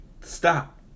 stop